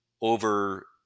over-